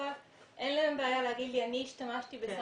ואין להן בעיה להגיד לי באיזה סם הן השתמשו.